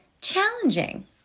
challenging